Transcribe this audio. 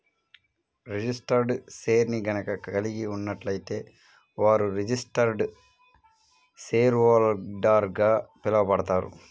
registered షేర్ని గనక కలిగి ఉన్నట్లయితే వారు రిజిస్టర్డ్ షేర్హోల్డర్గా పిలవబడతారు